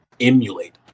emulate